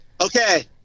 okay